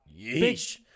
yeesh